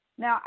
Now